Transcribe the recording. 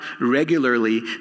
regularly